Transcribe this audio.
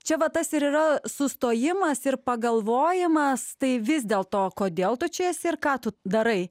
čia va tas ir yra sustojimas ir pagalvojimas tai vis dėl to kodėl tu čia esi ir ką tu darai